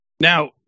now